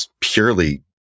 purely